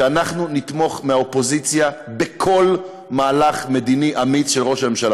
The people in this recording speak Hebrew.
שאנחנו נתמוך מהאופוזיציה בכל מהלך מדיני אמיץ של ראש הממשלה,